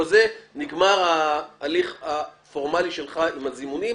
בזה נגמר ההליך הפורמלי שלך עם הזימונים,